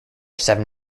seven